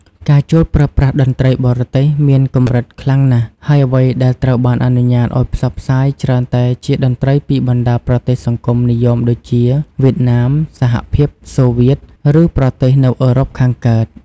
ការចូលប្រើប្រាស់តន្ត្រីបរទេសមានកម្រិតខ្លាំងណាស់ ហើយអ្វីដែលត្រូវបានអនុញ្ញាតឱ្យផ្សព្វផ្សាយច្រើនតែជាតន្ត្រីពីបណ្ដាប្រទេសសង្គមនិយមដូចជា វៀតណាម សហភាពសូវៀត ឬប្រទេសនៅអឺរ៉ុបខាងកើត។